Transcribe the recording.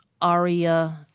aria